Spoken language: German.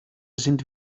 sind